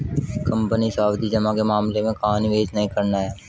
Company सावधि जमा के मामले में कहाँ निवेश नहीं करना है?